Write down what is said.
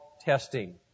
testing